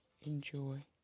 Enjoy